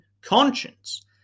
conscience